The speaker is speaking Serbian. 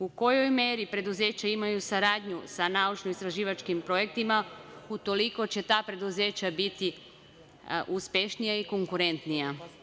U kojoj meri preduzeća imaju saradnju sa naučno-istraživačkim projektima, utoliko će ta preduzeća biti uspešnija i konkurentnija.